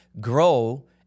grow